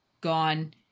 gone